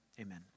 amen